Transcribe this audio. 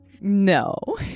No